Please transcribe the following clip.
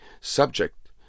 subject